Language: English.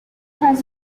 has